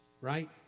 right